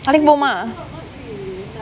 I think போவோமா:povomaa